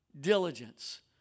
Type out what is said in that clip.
diligence